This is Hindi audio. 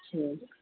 अच्छा